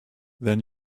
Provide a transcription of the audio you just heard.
then